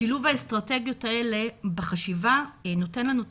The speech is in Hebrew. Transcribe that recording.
שילוב האסטרטגיות האלה בחשיבה נותנים לנו את